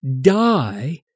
die